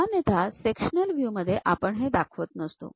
सामान्यतः sectional view मध्ये आपण हे दाखवत नसतो